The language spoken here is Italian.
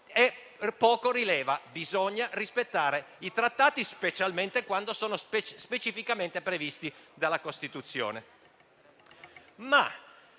poco rileva. Bisogna rispettare i trattati, specialmente quando sono specificamente previsti dalla Costituzione.